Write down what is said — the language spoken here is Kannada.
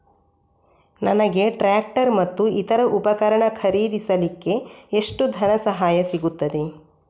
ನನಗೆ ಟ್ರ್ಯಾಕ್ಟರ್ ಮತ್ತು ಇತರ ಉಪಕರಣ ಖರೀದಿಸಲಿಕ್ಕೆ ಎಷ್ಟು ಧನಸಹಾಯ ಸಿಗುತ್ತದೆ?